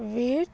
ਵਿਟ